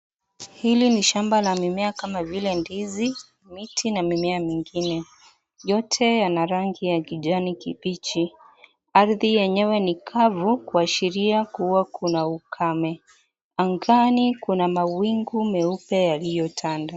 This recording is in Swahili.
Hili ni shamba la mimea kama vile ndizi, miti, na mimea mingine. Yote yana rangi ya kijani kibichi. Ardhi yenyewe ni kavu, kuashiria kuwa kuna ukame. Angani kuna mawingu meupe yaliyotanda.